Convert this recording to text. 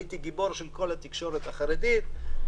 אז הייתי גיבור של כל התקשורת החרדית: "תזחל,